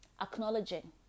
acknowledging